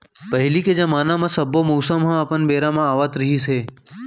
पहिली के जमाना म सब्बो मउसम ह अपन बेरा म आवत रिहिस हे